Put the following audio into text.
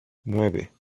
nueve